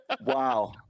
Wow